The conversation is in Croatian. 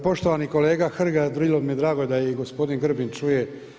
Poštovani kolega Hrg bilo bi mi je drago da i gospodin Grbin čuje.